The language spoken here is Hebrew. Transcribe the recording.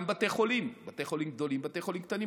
גם בתי חולים, בתי חולים גדולים, בתי חולים קטנים.